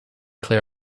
clear